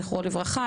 זכרונו לברכה,